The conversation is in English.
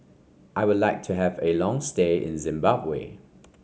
I would like to have a long stay in Zimbabwe